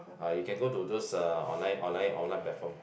ah you can go to those uh online online online platform